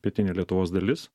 pietinė lietuvos dalis